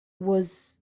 was